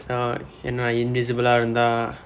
uh ஏனா:eenaa invisible-aa இருந்தா:irundthaa